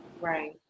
Right